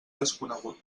desconegut